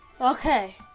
Okay